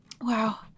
Wow